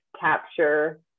capture